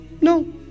No